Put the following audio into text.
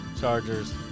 Chargers